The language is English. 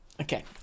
Okay